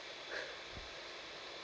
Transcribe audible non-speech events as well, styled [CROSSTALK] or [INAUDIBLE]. [LAUGHS]